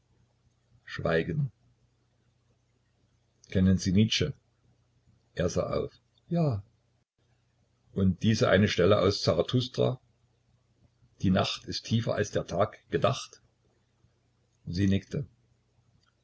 schweigen kennen sie nietzsche er sah auf ja und diese eine stelle aus zarathustra die nacht ist tiefer als der tag gedacht sie nickte